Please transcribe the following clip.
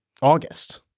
August